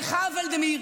ולדימיר,